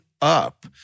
up